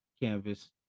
canvas